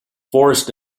forest